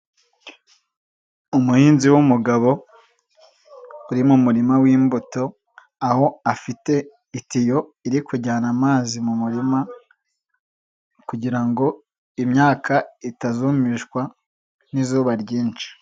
Umuhinzi w'umugabo, uri mu murima w'imbuto, aho afite itiyo iri kujyana amazi mu murima, kugira ngo imyaka itazumishwa n'izuba ryinshi.